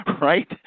right